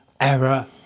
error